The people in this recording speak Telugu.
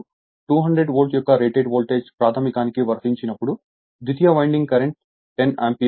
ఇప్పుడు 200 వోల్ట్ యొక్క రేటెడ్ వోల్టేజ్ ప్రాధమికానికి వర్తించినప్పుడు ద్వితీయ వైండింగ్లో కరెంట్ 10 ఆంపియర్ 0